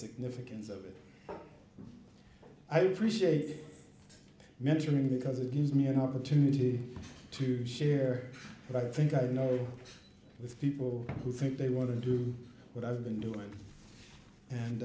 significance of it i've reached a measuring because it gives me an opportunity to share what i think i know with people who think they want to do what i've been doing and